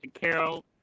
Carol